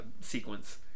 sequence